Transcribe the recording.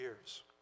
years